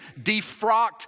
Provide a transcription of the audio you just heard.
defrocked